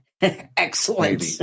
Excellent